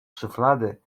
szuflady